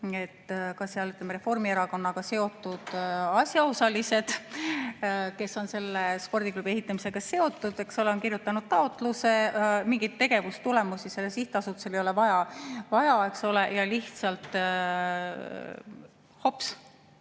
käibki, et Reformierakonnaga seotud asjaosalised, kes on selle spordiklubi ehitamisega seotud, eks ole, on kirjutanud taotluse, mingeid tegevustulemusi sellel sihtasutusel ei ole vaja ja lihtsalt hops!